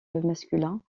masculin